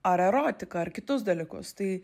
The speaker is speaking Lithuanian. ar erotiką ar kitus dalykus tai